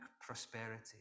prosperity